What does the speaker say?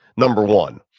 number one.